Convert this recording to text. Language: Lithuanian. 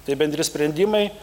tai bendri sprendimai